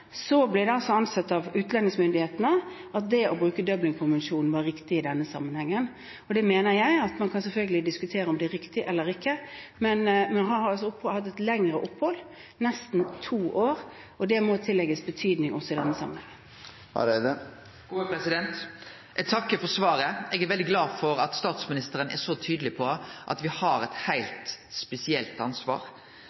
ble det ansett av utlendingsmyndighetene at det å bruke Dublin-konvensjonen var riktig i denne sammenhengen. Det mener jeg at man selvfølgelig kan diskutere om er riktig eller ikke, men han har altså hatt et lengre opphold ute, nesten to år, og det må tillegges betydning i denne sammenhengen. Eg takkar for svaret. Eg er veldig glad for at statsministeren er så tydeleg på at me har